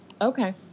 Okay